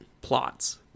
plots